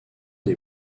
des